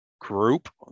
group